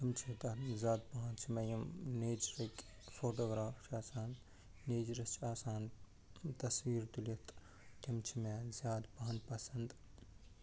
تم چھِ تَتھ زیادٕ پہَن چھِ مےٚ یِم نٮ۪چرٕکۍ فوٹوٗگراف چھِ آسان نٮ۪چرَس چھِ آسان تصویٖر تُلِتھ تِم چھِ مےٚ زیادٕ پہَن پسنٛد